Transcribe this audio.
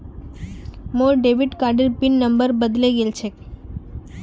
मोर डेबिट कार्डेर pin number बदले गेल छेक